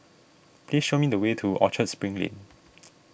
please show me the way to Orchard Spring Lane